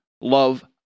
love